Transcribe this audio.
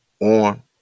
on